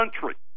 country